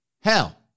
Hell